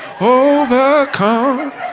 overcome